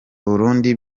burundi